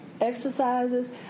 exercises